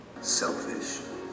Selfish